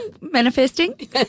Manifesting